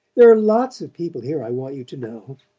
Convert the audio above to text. there are lots of people here i want you to know.